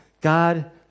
God